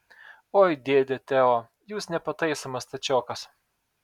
oi dėde teo jūs nepataisomas stačiokas